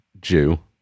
Jew